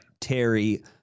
Terry